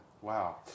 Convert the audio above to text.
Wow